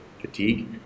fatigue